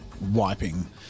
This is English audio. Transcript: wiping